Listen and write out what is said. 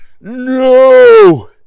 No